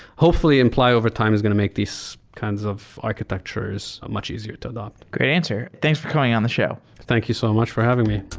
hopefully imply overtime is going to make these kinds of architectures much easier to adapt. great answer. thanks for coming on the show. thank you so much for having me